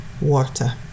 water